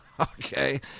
Okay